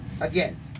Again